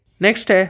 Next